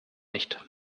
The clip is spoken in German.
nicht